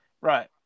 Right